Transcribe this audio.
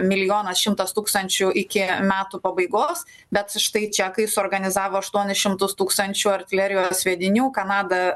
milijonas šimtas tūkstančių iki metų pabaigos bet štai čekai suorganizavo aštuonis šimtus tūkstančių artilerijos sviedinių kanada